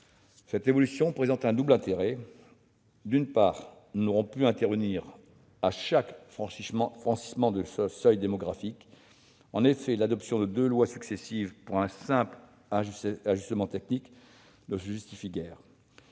Cette évolution présente un double intérêt. D'une part, nous n'aurons plus à intervenir à chaque franchissement de seuil démographique- l'adoption de deux lois successives pour un simple ajustement technique ne se justifie guère.